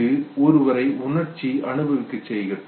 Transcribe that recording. இது ஒருவரை உணர்ச்சி அனுபவிக்கச் செய்கிறது